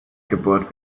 gebohrt